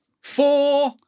four